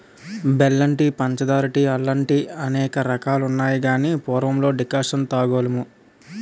బెల్లం టీ పంచదార టీ అల్లం టీఅనేక రకాలున్నాయి గాని పూర్వం డికర్షణ తాగోలుము